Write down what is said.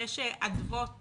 יש אדוות